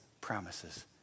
promises